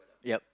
ya